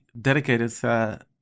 dedicated